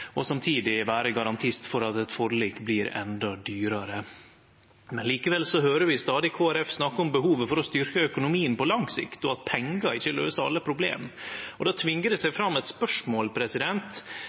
og samtidig vere garantist for at eit forlik blir endå dyrare. Likevel høyrer vi stadig Kristeleg Folkeparti snakke om behovet for å styrkje økonomien på lang sikt, og at pengar ikkje løyser alle problem. Då tvingar det seg